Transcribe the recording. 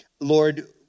Lord